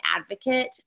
advocate